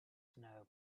know